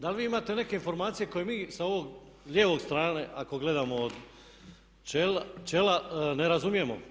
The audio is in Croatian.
Da li vi imate neke informacije koje mi sa ove lijeve strane ako gledamo od čela ne razumijemo?